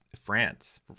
France